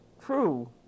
true